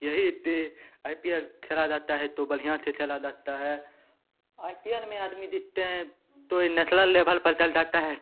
यही कि I P L खेला जाता है तो बढ़िया से खेला जाता है आई पी एल में आदमी दिखते हैं तो ये नेथनल लेभल पर तक चल जाता है